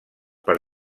per